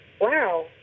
wow